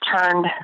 turned